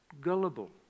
gullible